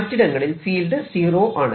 മറ്റിടങ്ങളിൽ field zero ആണ്